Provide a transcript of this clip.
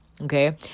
Okay